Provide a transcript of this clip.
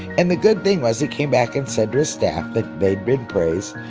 and the good thing was he came back and said to his staff that they'd been praised.